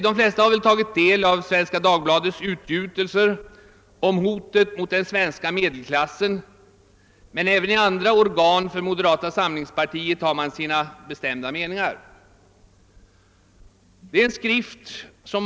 De flesta har väl tagit del av Svenska Dagbladets utgjutelser om hotet mot den svenska medelklassen, men också i andra organ från moderata samlingspartiet har man uttalat sina bestämda meningar härom.